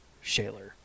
Shaler